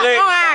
לא רק, לא רק.